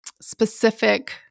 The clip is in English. specific